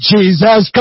Jesus